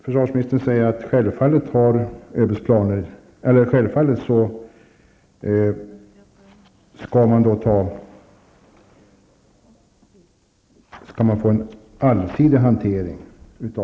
Försvarsministern säger att dessa frågor självfallet får dessa frågor en allsidig hantering.